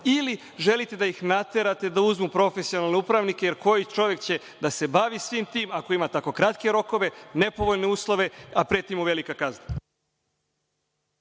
ili želite da ih naterate da uzmu profesionalne upravnike jer koji čovek će da se bavi svim tim ako ima tako kratke rokove, nepovoljne uslove, a preti mu velika kazna.